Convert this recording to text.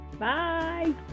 Bye